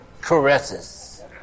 caresses